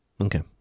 Okay